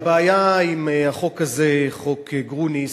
הבעיה עם החוק הזה, חוק גרוניס,